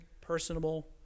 personable